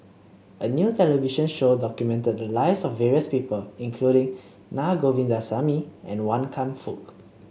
a new television show documented the lives of various people including Na Govindasamy and Wan Kam Fook